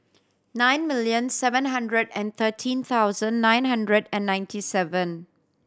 nine million seven hundred and thirteen thousand nine hundred and ninety seven